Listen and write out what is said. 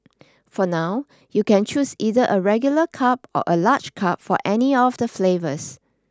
for now you can choose either a regular cup or a large cup for any of the flavours